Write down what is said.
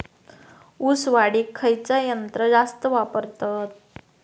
ऊस लावडीक खयचा यंत्र जास्त वापरतत?